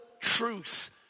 truth